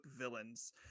villains